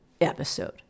episode